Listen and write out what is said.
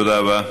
תודה רבה.